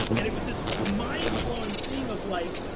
and it was this mind-blowing thing of like,